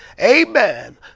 Amen